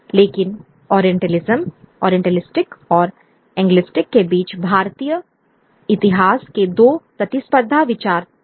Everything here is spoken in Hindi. लेकिन ओरिएंटलिस्ट और एंग्लिस्ट के बीच भारतीय इतिहास के दो प्रतिस्पर्धी विचार थ